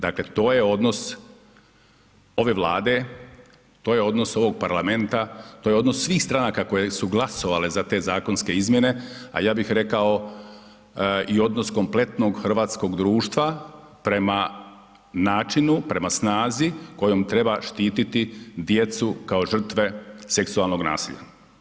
Dakle to je odnos ove Vlade, to je odnos ovog Parlamenta, to je odnos svih stranaka koje su glasovale za te zakonske izmjene a ja bih rekao i odnos kompletnog hrvatskog društva prema načinu, prema snazi kojom treba štiti djecu kao žrtve seksualnog nasilja.